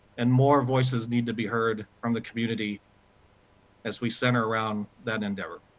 and more voices need to be heard from the community as we center around that endeavor.